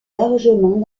largement